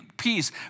peace